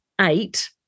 eight